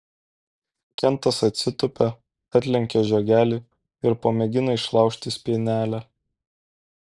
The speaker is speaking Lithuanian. kentas atsitūpia atlenkia žiogelį ir pamėgina išlaužti spynelę